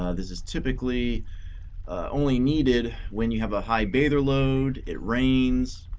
ah this is typically only needed when you have a high bather load, it rains,